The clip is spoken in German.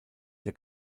der